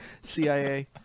CIA